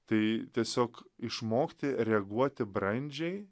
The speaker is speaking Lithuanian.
tai tiesiog išmokti reaguoti brandžiai